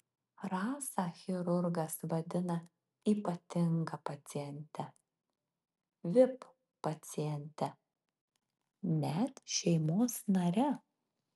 rasą chirurgas vadina ypatinga paciente vip paciente net šeimos nare